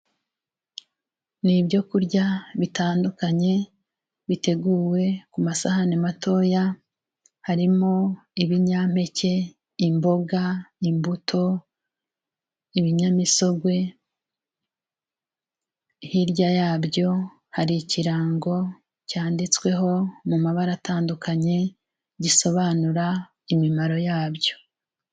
Ni ibyo kurya bitandukanye biteguwe ku masahane matoya, harimo ibinyampeke, imboga, imbuto, ibinyamisogwe, hirya yabyo hari ikirango cyanditsweho mu mabara atandukanye gisobanura imimaro yabyo.